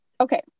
Okay